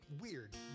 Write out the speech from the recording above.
Weird